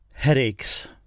Headaches